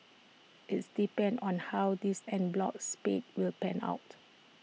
its depends on how this en bloc spate will pan out